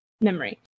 memory